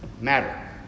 matter